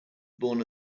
born